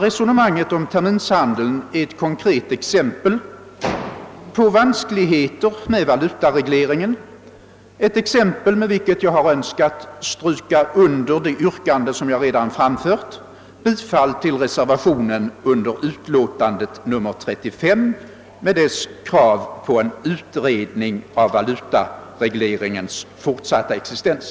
Resonemanget om terminshandel är ett konkret exempel på vanskligheter med valutaregleringen — ett exempel med vilket jag har önskat stryka under det yrkande som jag redan framställt om bifall till reservationen vid bankoutskottets utlåtande nr 35 med krav på en utredning rörande valutaregleringens fortsatta existens.